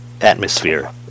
atmosphere